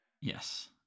yes